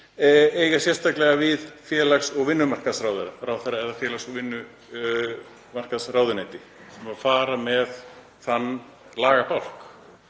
eiga sérstaklega við félags- og vinnumarkaðsráðherra, það er félags- og vinnumarkaðsráðuneyti sem fer með þann lagabálk.